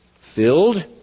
filled